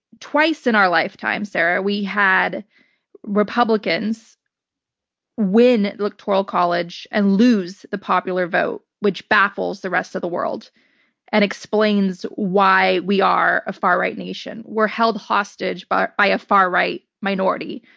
twice in our lifetime, sarah, we had republicans win the electoral college and lose the popular vote, which baffles the rest of the world and explains why we are a far right nation. we're held hostage by by a far right minority.